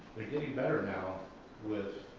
they're getting better now with